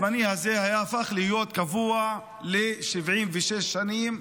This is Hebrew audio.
הזמני הזה הפך להיות קבוע ל-76 שנים,